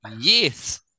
yes